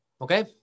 Okay